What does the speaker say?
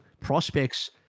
prospects